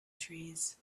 trees